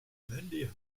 mandy